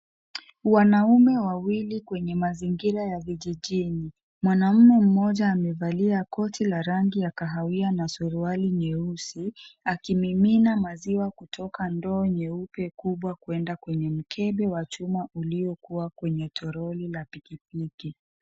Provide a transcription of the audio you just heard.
Wanaume wawili kwenye mazingira ya vijijini. Mwanaume mmoja amevalia koti la rangi ya kahawia na suruali nyeusi, akimimina maziwa kutoka ndoo nyeupe kubwa kwenda kwenye mkebe wa chuma uliokuwa kwenye toroli la pikipiki.